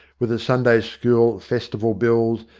with its sunday-school festival bills,